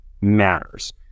matters